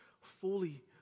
fully